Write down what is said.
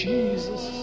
Jesus